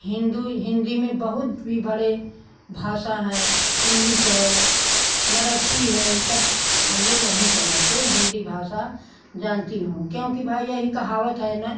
हिन्दू हिन्दी में बहुत ही बड़े भाषा हैं इंग्लिश है मराठी है सब हम लोग नहीं समझते हिन्दी भाषा जानती हूँ क्योंकि भाई यही कहावत है ना